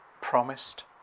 promised